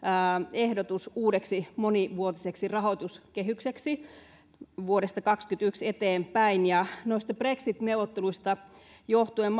ehdotus uudeksi monivuotiseksi rahoituskehykseksi vuodesta kaksituhattakaksikymmentäyksi eteenpäin ja noista brexit neuvotteluista johtuen